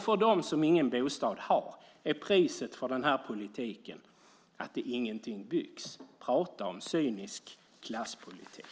För dem som ingen bostad har är priset för den här politiken att ingenting byggs. Prata om cynisk klasspolitik!